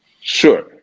Sure